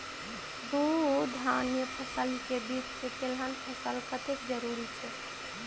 दू धान्य फसल के बीच तेलहन फसल कतेक जरूरी छे?